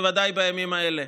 בוודאי בימים האלה: